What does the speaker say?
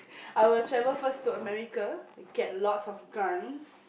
I will travel first to America get lots of guns